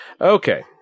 Okay